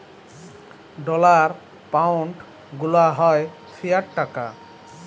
dollar, pound গুলা হ্যয় fiat টাকা